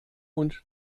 und